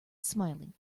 smiling